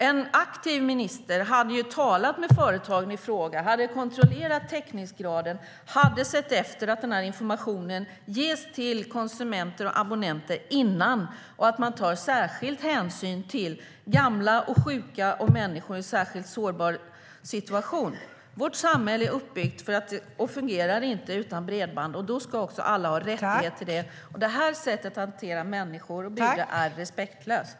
En aktiv minister hade talat med företagen i fråga, kontrollerat täckningsgraden och sett till att informationen ges till konsumenter och abonnenter innan detta sker. En aktiv minister hade sett till att det hade tagits särskild hänsyn till gamla och sjuka och till människor i särskilt sårbara situationer. Vårt samhälle är uppbyggt på bredband och fungerar inte utan det. Då ska också alla ha rättighet till det. Detta sätt att hantera människor och bygder är respektlöst.